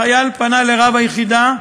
החייל פנה אל רב היחידה,